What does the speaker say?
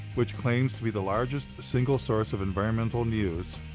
which claims to be the largest single source of environmental news,